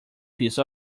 piece